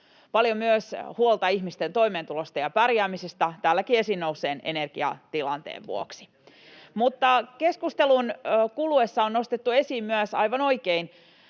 paljon myös huolta ihmisten toimeentulosta ja pärjäämisestä täälläkin esiin nousseen energiatilanteen vuoksi. [Ben Zyskowiczin välihuuto] Mutta keskustelun kuluessa on nostettu esiin myös, aivan oikein,